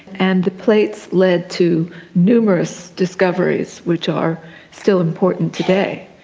and the plates led to numerous discoveries which are still important today.